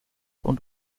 und